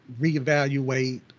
reevaluate